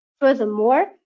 Furthermore